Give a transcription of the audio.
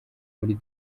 muri